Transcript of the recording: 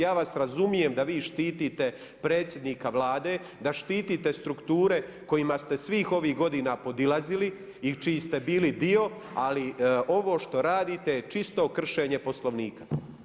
Ja vas razumijem da vi štitite predsjednika Vlade, da štitite strukture kojima ste svih ovih godina podilazili i čiji ste bili dio, ali ovo što radite je čisto kršenje poslovnika.